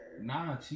Nah